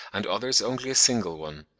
and others only a single one.